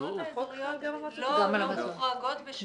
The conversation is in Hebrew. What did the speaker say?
המועצות האזוריות לא מוחרגות בשום דבר.